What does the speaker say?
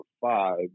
five